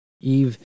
Eve